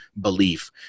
belief